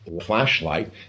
flashlight